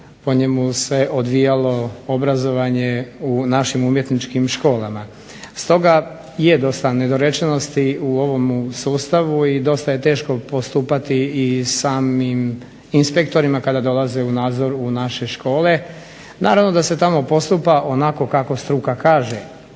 po njemu se odvijalo obrazovanje u našim umjetničkim školama. Stoga je dosta nedorečenosti u ovomu sustavu i dosta je teško postupati i samim inspektorima kada dolaze u nadzor u naše škole. Naravno da se tamo postupa onako kako struka kaže